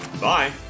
Bye